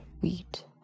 wheat